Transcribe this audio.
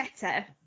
better